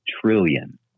trillion